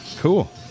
cool